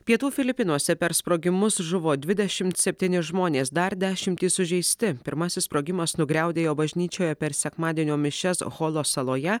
pietų filipinuose per sprogimus žuvo dvidešimt septyni žmonės dar dešimtys sužeisti pirmasis sprogimas nugriaudėjo bažnyčioje per sekmadienio mišias holo saloje